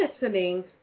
listening